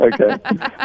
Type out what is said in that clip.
Okay